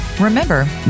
Remember